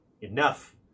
Enough